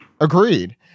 Agreed